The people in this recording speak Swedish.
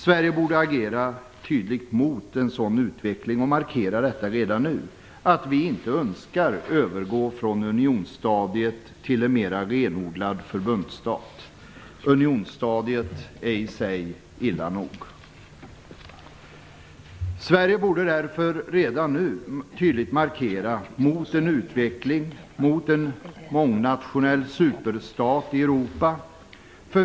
Sverige borde agera tydligt mot en sådan utveckling och redan nu markera att vi inte önskar övergå från unionsstadiet till en mer renodlad förbundsstat. Unionsstadiet är i sig illa nog. Sverige borde därför redan nu tydligt markera sitt motstånd mot en utveckling mot en mångnationell superstat i Europa.